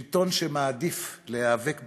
שלטון שמעדיף להיאבק בתקשורת,